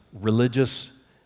religious